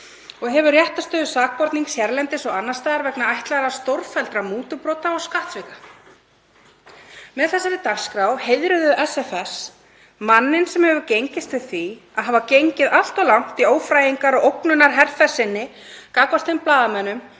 og hefur réttarstöðu sakbornings hérlendis og annars staðar vegna ætlaðra stórfelldra mútubrota og skattsvika. Með þessari dagskrá heiðruðu SFS manninn sem hefur gengist við því að hafa gengið allt of langt í ófrægingarherferð sinni gagnvart þeim blaðamönnum